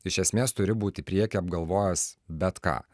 iš esmės turi būti prieky apgalvojęs bet ką